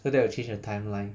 so that will change the timeline